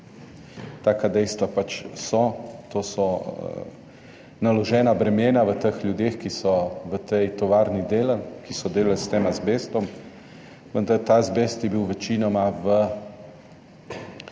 taka dejstva pač so. To so naložena bremena v ljudeh, ki so v tej tovarni delali, ki so delali s tem azbestom. Vendar je bil ta azbest večinoma,